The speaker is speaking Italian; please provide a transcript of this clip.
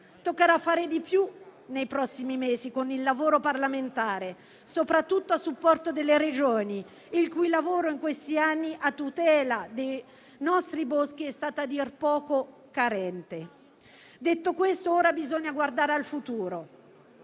toccherà fare di più nei prossimi mesi con il lavoro parlamentare, soprattutto a supporto delle Regioni, il cui lavoro in questi anni a tutela dei nostri boschi è stato a dir poco carente. Detto questo, ora bisogna guardare al futuro,